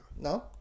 no